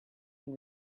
been